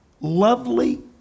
lovely